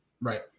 Right